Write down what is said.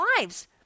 lives